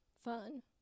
fun